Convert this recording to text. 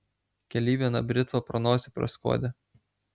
kely viena britva pro nosį praskuodė